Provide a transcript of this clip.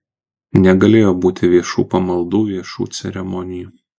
negalėjo būti viešų pamaldų viešų ceremonijų